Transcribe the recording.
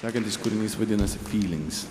sekantis kūrinys vadinasi fylings